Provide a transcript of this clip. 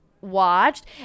watched